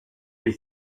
and